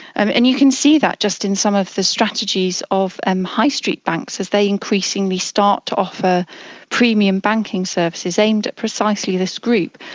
and and you can see that just in some of the strategies of um high street banks as they increasingly start to offer premium banking services aimed at precisely this group,